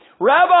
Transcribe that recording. Rabbi